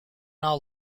now